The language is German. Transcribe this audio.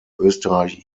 österreich